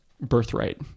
birthright